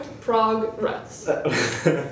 Progress